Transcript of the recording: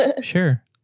Sure